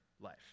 life